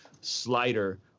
slider